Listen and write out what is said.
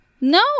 No